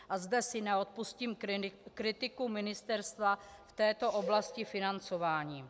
A zde si neodpustím kritiku ministerstva v této oblasti financování.